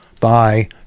Bye